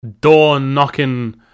door-knocking